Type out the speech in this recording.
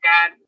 God